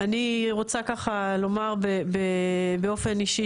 אני רוצה לומר באופן אישי,